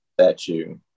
statue